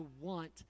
want